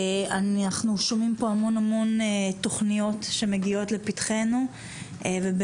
אנחנו שומעים פה על המון המון תוכניות שונות שמגיעות לפתחינו ובאמת,